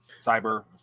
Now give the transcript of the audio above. Cyber